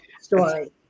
story